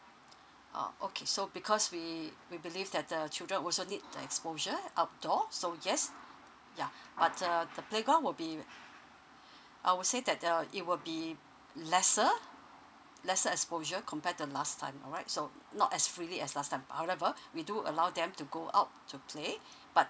oh okay so because we we believe that the children also need the exposure outdoor so yes ya but err the playground will be I would say that err it will be lesser lesser exposure compared to last time alright so not as freely as last time however we do allow them to go out to play but